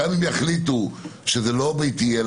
גם אם יחליטו שזה לא בידוד ביתי,